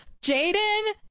Jaden